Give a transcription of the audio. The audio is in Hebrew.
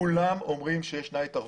כולם אומרים שיש התערבות,